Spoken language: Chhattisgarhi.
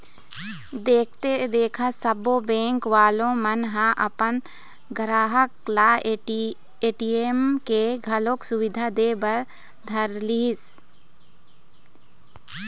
देखथे देखत सब्बो बेंक वाले मन ह अपन गराहक ल ए.टी.एम के घलोक सुबिधा दे बर धरलिस